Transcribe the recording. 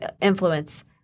influence